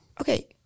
Okay